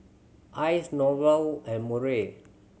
Icie Norval and Murray